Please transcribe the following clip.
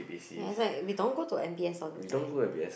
ya is like we don't go M_B_S all the time